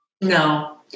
No